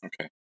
okay